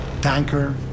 tanker